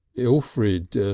elfrid,